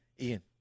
Ian